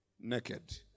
naked